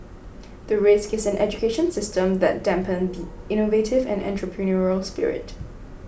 the risk is an education system that dampen the innovative and entrepreneurial spirit